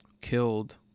killed